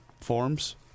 forms